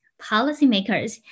policymakers